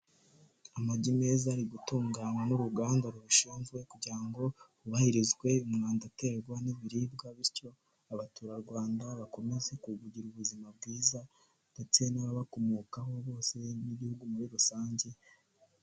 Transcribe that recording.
Amagi meza ari gutunganywa n'uruganda rubishinzwe kugira ngo hubahirizwe umwanda aterwa n'ibiribwa bityo abaturarwanda bakomeze kugira ubuzima bwiza ndetse n'ababakomokaho bose n'igihugu muri rusange.